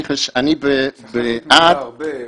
אני בעד --- צריך לראות מה זה הרבה.